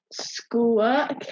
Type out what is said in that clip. schoolwork